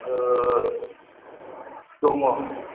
दङ